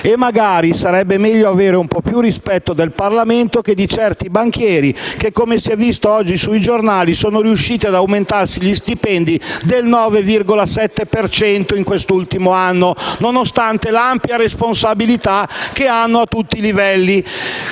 Magari sarebbe meglio avere più rispetto per il Parlamento che per certi banchieri che, come si è visto oggi sui giornali, sono riusciti ad aumentarsi gli stipendi del 9,7 per cento in quest'ultimo anno, nonostante l'ampia responsabilità che hanno a tutti i livelli,